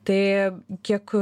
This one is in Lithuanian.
tai kiek